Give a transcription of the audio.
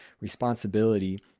responsibility